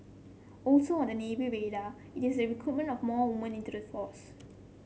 also on the Navy radar is the recruitment of more woman into the force